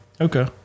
Okay